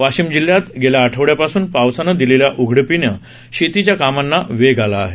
वाशिम जिल्ह्यात गेल्या आठवड्यापासून पावसाने दिलेल्या उघडीपीने शेतीच्या कामांना वेग आला आहे